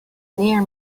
near